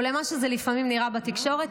או למה שלפעמים נראה בתקשורת,